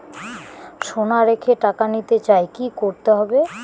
সোনা রেখে টাকা নিতে চাই কি করতে হবে?